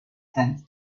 cents